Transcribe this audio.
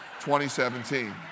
2017